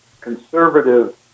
conservative